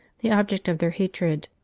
the object of their hatred.